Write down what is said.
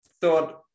thought